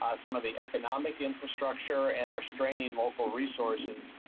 ah some of the economic infrastructure, and are straining local resources.